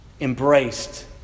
embraced